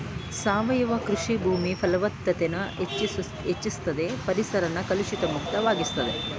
ಸಾವಯವ ಕೃಷಿ ಭೂಮಿ ಫಲವತ್ತತೆನ ಹೆಚ್ಚುಸ್ತದೆ ಪರಿಸರನ ಕಲುಷಿತ ಮುಕ್ತ ವಾಗಿಸ್ತದೆ